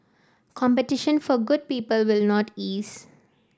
competition for good people will not ease